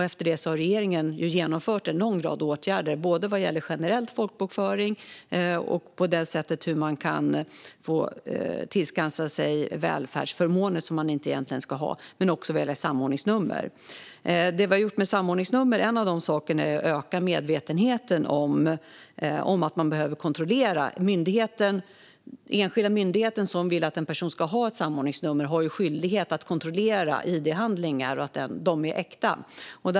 Efter det har regeringen vidtagit en lång rad åtgärder vad gäller folkbokföring generellt och hur man kan tillskansa sig välfärdsförmåner som man egentligen inte ska ha men också specifikt vad gäller samordningsnummer. En av de saker vi har gjort med samordningsnummer är att öka medvetenheten om att man behöver kontrollera. Den enskilda myndighet som vill att en person ska ha ett samordningsnummer har en skyldighet att kontrollera att id-handlingarna är äkta.